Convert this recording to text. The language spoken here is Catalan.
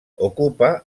ocupa